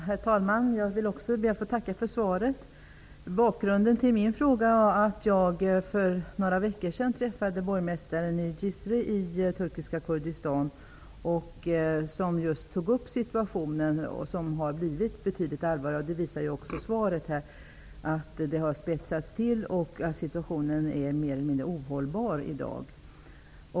Herr talman! Jag ber också att få tacka för svaret. Bakgrunden till min fråga var att jag för några veckor sedan träffade borgmästaren i Cizre i turkiska Kurdistan. Han tog just upp att situationen har blivit betydligt allvarligare -- frågesvaret visar också på att situationen har spetsats till och att den i dag är mer eller mindre ohållbar.